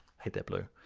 hit that blue.